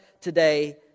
today